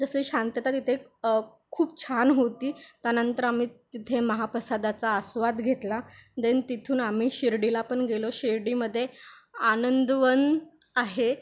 जसे शांतता तिथे खूप छान होती त्यानंतर आम्ही तिथे महाप्रसादाचा आस्वाद घेतला देन तिथून आम्ही शिर्डीला पण गेलो शिर्डीमध्ये आनंदवन आहे